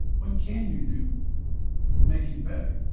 what can you do to make it better?